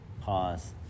pause